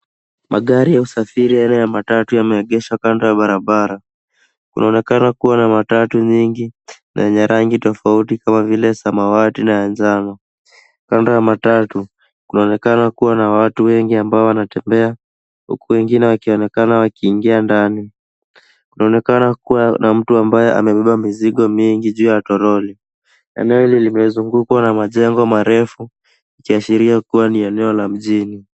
Magari ya usafiri aina ya matatu yameegeshwa kando ya barabara. Kunaonekana kuwa na matatu nyingi na zenye rangi tofauti kama vile samawati na ya njano. Kando ya matatu, kunaonekana kuwa na watu wengi ambao wanatembea huku wengine wakionekana wakiingia ndani. Kunaonekana kuwa na mtu ambaye amebeba mizigo mingi juu ya toroli. Eneo hili limezungukwa na majengo marefu ikiashiria kuwa ni eneo la mjini.